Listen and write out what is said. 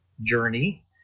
journey